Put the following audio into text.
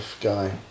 guy